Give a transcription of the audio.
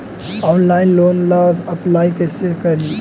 Online loan ला apply कैसे करी?